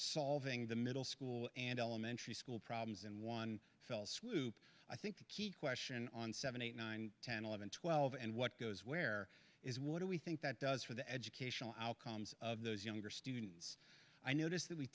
solving the middle school and elementary school problems in one fell swoop i think the key question on seven eight nine ten eleven twelve and what goes where is what do we think that does for the educational outcomes of those younger students i notice that we